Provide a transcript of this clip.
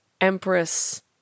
empress